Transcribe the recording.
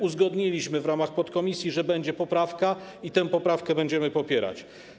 Uzgodniliśmy w ramach podkomisji, że będzie poprawka, i tę poprawkę będziemy popierać.